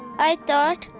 i thought,